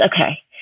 okay